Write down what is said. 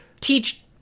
teach